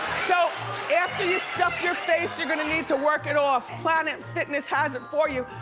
so after you stuff your face you're gonna need to work it off. planet fitness has it for you.